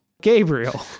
Gabriel